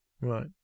Right